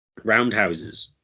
roundhouses